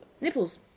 Nipples